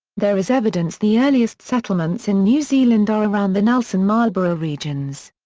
there is evidence the earliest settlements in new zealand are around the nelson-marlborough regions.